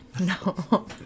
No